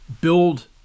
Build